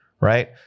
right